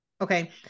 Okay